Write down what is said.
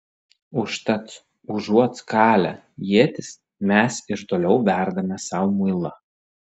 užtat užuot kalę ietis mes ir toliau verdame sau muilą